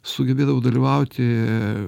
sugebėdavau dalyvauti